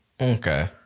Okay